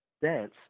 Dance